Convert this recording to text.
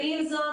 עם זאת,